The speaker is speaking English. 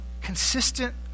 consistent